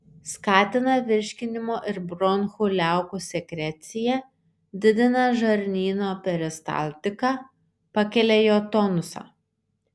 skatina virškinimo ir bronchų liaukų sekreciją didina žarnyno peristaltiką pakelia jo tonusą